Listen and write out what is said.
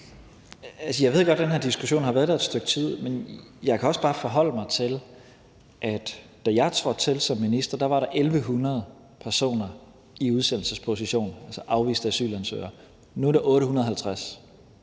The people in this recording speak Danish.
i hvert fald, at den her diskussion har været der et stykke tid. Men jeg kan også bare forholde mig til, at da jeg trådte til som minister, var der 1.100 personer i udsendelsesposition, altså afviste asylsøgere. Nu er der 850,